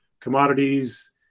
commodities